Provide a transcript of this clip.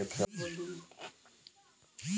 उष्णकटिबंधीय तसर रेशम कीट से सिल्क बनला